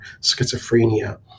schizophrenia